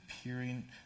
appearing